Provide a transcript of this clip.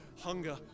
hunger